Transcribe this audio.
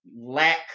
lack